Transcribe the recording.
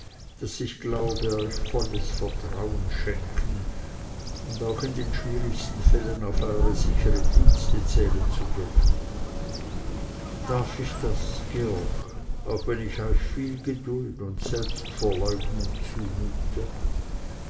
daß ich glaube euch volles vertrauen schenken und auch in den schwierigsten fällen auf eure sichern dienste zählen zu dürfen darf ich das georg auch wenn ich euch viel geduld und selbstverleugnung zumute